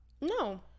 No